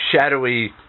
shadowy